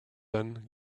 then